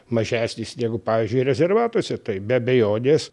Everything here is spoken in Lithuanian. mažesnis negu pavyzdžiui rezervatuose tai be abejonės